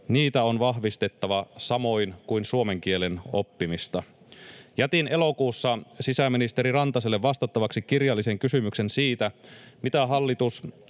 Niitä on vahvistettava samoin kuin suomen kielen oppimista. Jätin elokuussa sisäministeri Rantaselle vastattavaksi kirjallisen kysymyksen siitä, mitä hallitus